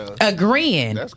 Agreeing